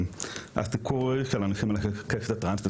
הסיכוי של אנשים מהקשת הטרנסית,